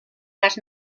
gas